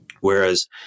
Whereas